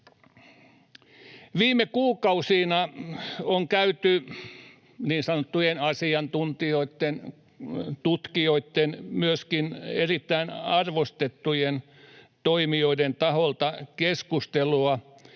Viime kuukausina on käyty niin sanottujen asiantuntijoitten, tutkijoitten, myöskin erittäin arvostettujen toimijoiden taholta keskustelua